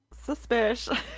Suspicious